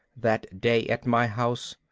that day at my house.